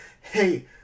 hey